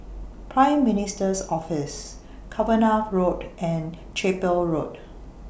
Prime Minister's Office Cavenagh Road and Chapel Road